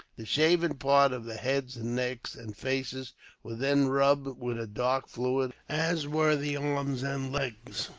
the shaven part of the heads, necks, and faces were then rubbed with a dark fluid, as were the arms and legs.